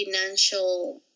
financial